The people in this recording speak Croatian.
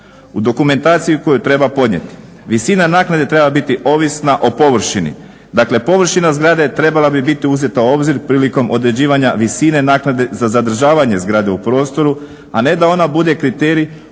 U dokumentaciji koju treba podnijeti visina naknade treba biti ovisna o površini. Dakle, površina zgrade trebala bi biti uzeta u obzir prilikom određivanja visine naknade za zadržavanje zgrade u prostoru, a ne da ona bude kriterij